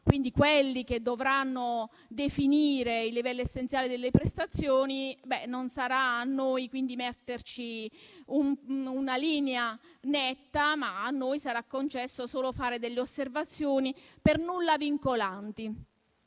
legislativo, che dovranno definire i livelli essenziali delle prestazioni, non potremo noi stabilire una linea netta, ma a noi sarà concesso solo fare delle osservazioni per nulla vincolanti.